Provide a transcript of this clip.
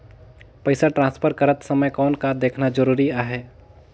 पइसा ट्रांसफर करत समय कौन का देखना ज़रूरी आहे?